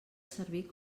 servir